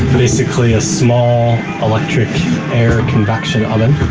basically a small electric air ah convection oven,